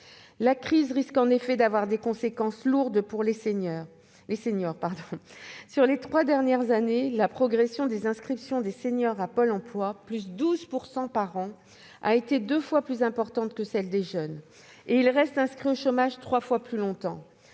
La crise risque en effet d'avoir des conséquences lourdes pour les seniors. Au cours des trois dernières années, la progression des inscriptions de seniors à Pôle emploi a été de 12 % par an, soit deux fois supérieure à celle des jeunes. De plus, les seniors restent inscrits au chômage trois fois plus longtemps.